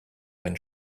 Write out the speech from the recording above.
when